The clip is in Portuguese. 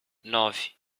nove